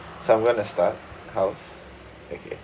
so I'm going to start house okay